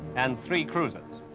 and three cruisers.